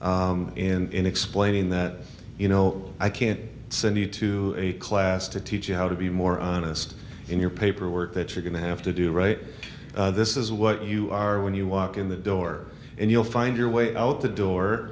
in explaining that you know i can't send you to a class to teach you how to be more honest in your paperwork that you're going to have to do right this is what you are when you walk in the door and you'll find your way out the door